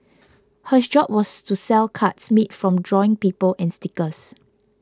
her job was to sell cards made from drawing people and stickers